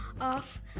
off